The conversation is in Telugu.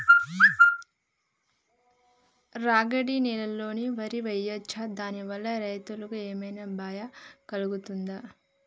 రాగడి నేలలో వరి వేయచ్చా దాని వల్ల రైతులకు ఏమన్నా భయం కలుగుతదా?